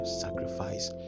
sacrifice